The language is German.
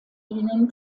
ihnen